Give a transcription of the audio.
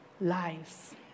lives